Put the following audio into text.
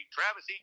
Travis